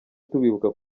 tubibuka